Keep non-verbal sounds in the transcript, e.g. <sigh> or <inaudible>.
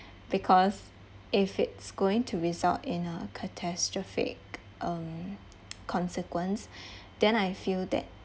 because if it's going to result in a catastrophic um consequence <breath> then I feel that